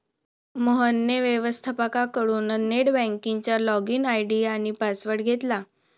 मोहनने व्यवस्थपकाकडून नेट बँकिंगचा लॉगइन आय.डी आणि पासवर्ड घेतला